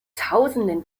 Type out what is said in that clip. tausenden